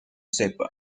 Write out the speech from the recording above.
sepa